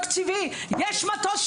יש מקור תקציבי.